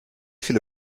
viele